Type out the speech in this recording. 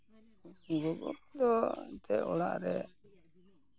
ᱜᱚᱜᱚ ᱫᱚ ᱮᱱᱛᱮᱫ ᱚᱲᱟᱜ ᱨᱮ